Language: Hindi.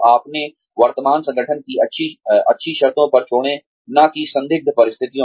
अपने वर्तमान संगठन को अच्छी शर्तों पर छोड़ें न कि संदिग्ध परिस्थितियों में